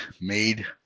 made